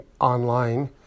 online